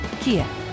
Kia